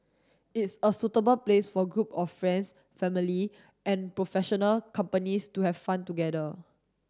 it's a suitable place for group of friends family and professional companies to have fun together